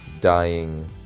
dying